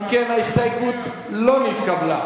אם כן, ההסתייגות לא נתקבלה.